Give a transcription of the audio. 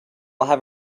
have